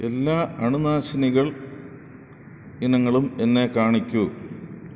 എല്ലാ അണുനാശിനികൾ ഇനങ്ങളും എന്നെ കാണിക്കൂ